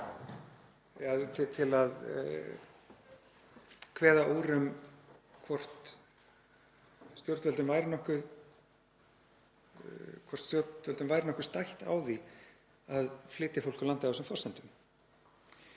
til að kveða úr um hvort stjórnvöldum væri nokkuð stætt á því að flytja fólk úr landi á þessum forsendum.